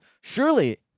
surely